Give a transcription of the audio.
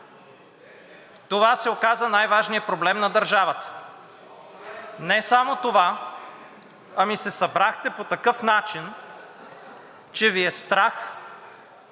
Това се оказа най-важният проблем на държавата. Не само това, ами се събрахте по такъв начин, че Ви е страх